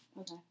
Okay